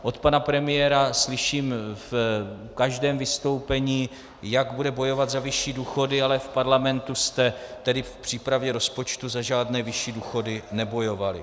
Od pana premiéra slyším v každém vystoupení, jak bude bojovat za vyšší důchody, ale v parlamentu jste tedy v přípravě rozpočtu za žádné vyšší důchody nebojovali.